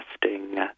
testing